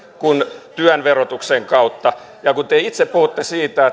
kuin työn verotuksen kautta ja kun te itse puhutte siitä